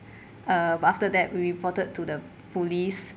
uh after that we reported to the police